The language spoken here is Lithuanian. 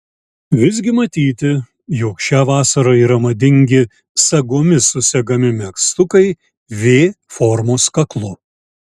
visgi matyti jog šią vasarą yra madingi sagomis susegami megztukai v formos kaklu